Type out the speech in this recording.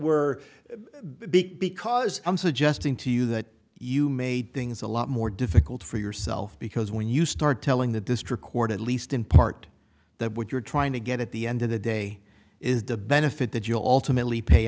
we're big because i'm suggesting to you that you made things a lot more difficult for yourself because when you start telling the district court at least in part that what you're trying to get at the end of the day is the benefit that you'll ultimately pay